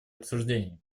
обсуждений